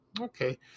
Okay